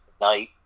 night